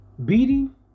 beating